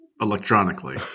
electronically